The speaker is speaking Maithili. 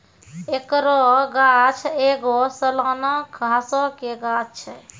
एकरो गाछ एगो सलाना घासो के गाछ छै